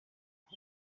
for